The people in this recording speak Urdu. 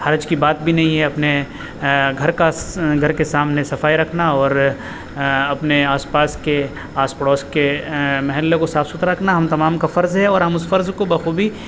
حرج کی بات بھی نہیں ہے اپنے گھر کا گھر کے سامنے صفائی رکھنا اور اپنے آس پاس کے آس پڑوس کے محلوں کو صاف ستھرا رکھنا ہم تمام کا فرض ہے اور ہم اس فرض کو بخوبی